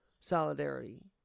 solidarity